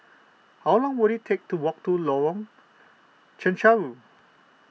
how long will it take to walk to Lorong Chencharu